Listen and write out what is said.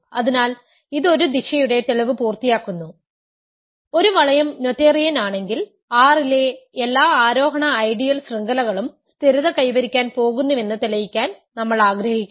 അതിനാൽ ഇത് ഒരു ദിശയുടെ തെളിവ് പൂർത്തിയാക്കുന്നു ഒരു വളയം നോഥേറിയൻ ആണെങ്കിൽ R ലെ എല്ലാ ആരോഹണ ഐഡിയൽ ശൃംഖലകളും സ്ഥിരത കൈവരിക്കാൻ പോകുന്നുവെന്ന് തെളിയിക്കാൻ നമ്മൾ ആഗ്രഹിക്കുന്നു